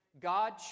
God